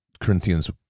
Corinthians